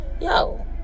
yo